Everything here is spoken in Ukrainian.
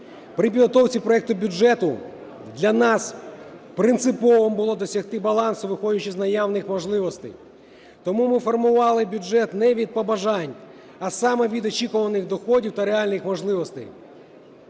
При підготовці проекту бюджету для нас принциповим було досягти балансу, виходячи з наявних можливостей. Тому ми формували бюджет не від побажань, а саме від очікуваних доходів та реальних можливостей.